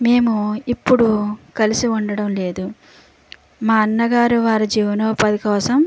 మేము ఇప్పుడు కలిసి ఉండడం లేదు మా అన్నగారు వారి జీవనోపాధి కోసం